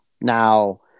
Now